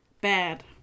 bad